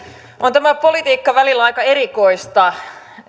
on tämä politiikka välillä aika erikoista